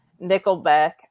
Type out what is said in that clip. Nickelback